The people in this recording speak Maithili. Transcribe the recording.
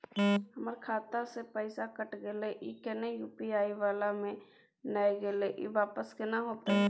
हमर खाता स पैसा कैट गेले इ लेकिन यु.पी.आई वाला म नय गेले इ वापस केना होतै?